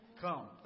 come